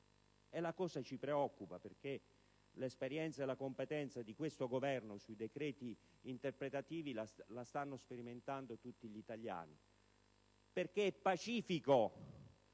La cosa ci preoccupa, perché l'esperienza e la competenza di questo Governo sui decreti interpretativi la stanno sperimentando tutti gli italiani. È pacifico,